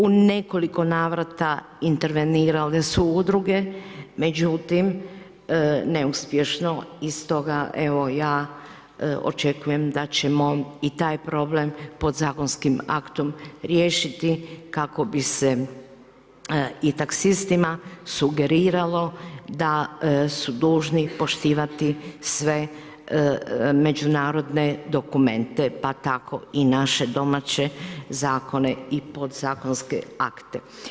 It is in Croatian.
U nekoliko navrata intervenirale su udruge međutim neuspješno i stoga evo ja očekujem da ćemo i taj problem podzakonskim aktom riješiti kako bi se i taksistima sugeriralo da su dužni poštivati sve međunarodne dokumente pa tako i naše domaće zakone i podzakonske akte.